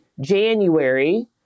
January